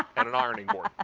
and an ironing board.